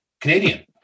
Canadian